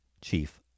chief